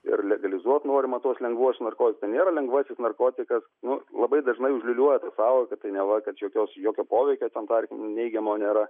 ir legalizuot norima tuos lengvuosius narokit tai nėra lengvasis narkotikas nu labai dažnai užliūliuoja ta sąvoka tai neva kad čia jokios jokio poveikio ten tarkim neigiamo nėra